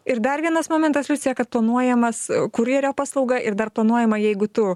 ir dar vienas momentas liucija kad planuojamas kurjerio paslauga ir dar planuojama jeigu tu